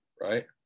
right